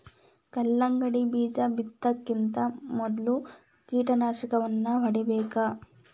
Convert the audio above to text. ಕಲ್ಲಂಗಡಿ ಬೇಜಾ ಬಿತ್ತುಕಿಂತ ಮೊದಲು ಕಳೆನಾಶಕವನ್ನಾ ಹೊಡಿಬೇಕ